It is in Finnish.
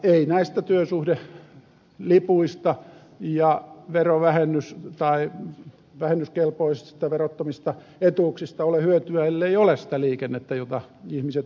ei näistä työsuhdelipuista ja vähennyskelpoisista verottomista etuuksista ole hyötyä ellei ole sitä liikennettä jota ihmiset voisivat käyttää